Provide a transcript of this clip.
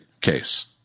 case